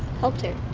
helped her.